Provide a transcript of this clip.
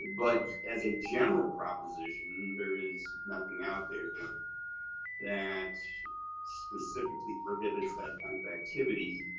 but as a general proposition, there is nothing out there that specifically prohibits that kind of activity.